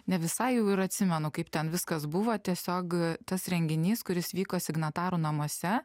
ne visai jau ir atsimenu kaip ten viskas buvo tiesiog tas renginys kuris vyko signatarų namuose